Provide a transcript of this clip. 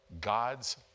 God's